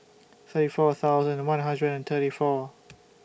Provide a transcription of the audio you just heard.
thirty four thousand one hundred and thirty four